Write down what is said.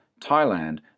Thailand